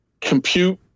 compute